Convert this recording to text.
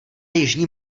jižní